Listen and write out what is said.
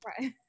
Right